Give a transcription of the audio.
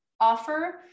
offer